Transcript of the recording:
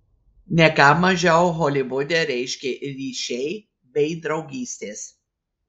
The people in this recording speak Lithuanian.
ne ką mažiau holivude reiškia ir ryšiai bei draugystės